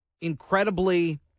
incredibly